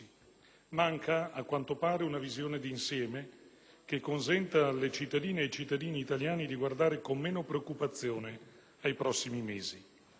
Manca, a quanto pare, una visione d'insieme, che consenta alle cittadine e ai cittadini italiani di guardare con meno preoccupazione ai prossimi mesi.